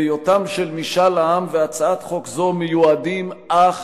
בהיותם של משאל העם והצעת חוק זו מיועדים אך